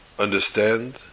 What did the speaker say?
understand